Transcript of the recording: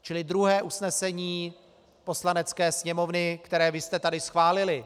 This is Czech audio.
Čili druhé usnesení Poslanecké sněmovny, které jste tady schválili.